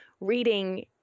reading